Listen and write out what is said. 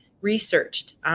researched